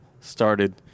started